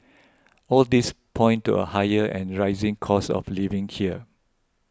all these point to a higher and rising cost of living here